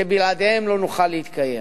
שבלעדיהם לא נוכל להתקיים.